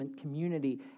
community